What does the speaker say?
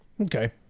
Okay